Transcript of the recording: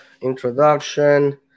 introduction